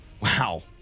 wow